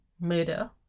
murder